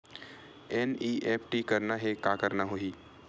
NEFT करना हे का करना होही?